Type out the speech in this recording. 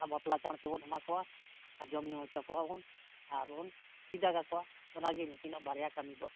ᱵᱟᱯᱞᱟ ᱪᱟᱬ ᱛᱮᱵᱚᱱ ᱮᱢᱟ ᱠᱚᱣᱟ ᱟᱨ ᱡᱚᱢ ᱧᱩ ᱦᱚᱪᱚ ᱠᱚᱣᱟᱵᱚᱱ ᱟᱨᱵᱚᱱ ᱵᱤᱫᱟᱹ ᱠᱟᱠᱚᱣᱟ ᱚᱱᱟᱜᱮ ᱱᱩᱠᱤᱱᱟᱜ ᱵᱟᱨᱭᱟ ᱠᱟᱹᱢᱤ ᱫᱚ